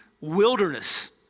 wilderness